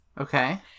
Okay